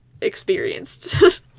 experienced